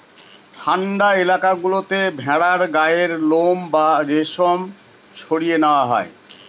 ঠান্ডা এলাকা গুলোতে ভেড়ার গায়ের লোম বা রেশম সরিয়ে নেওয়া হয়